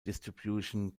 distribution